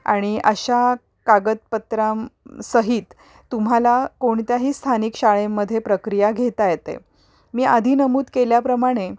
आणि अशा कागदपत्रांसहित तुम्हाला कोणत्याही स्थानिक शाळेमध्ये प्रक्रिया घेता येते मी आधी नमूद केल्याप्रमाणे